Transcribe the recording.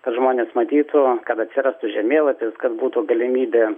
kad žmonės matytų kad atsirastų žemėlapis kad būtų galimybė